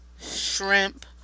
shrimp